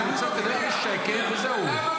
תהיה בשקט וזהו.